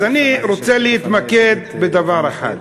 אז אני רוצה להתמקד בדבר אחד.